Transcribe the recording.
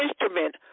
instrument